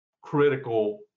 critical